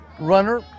runner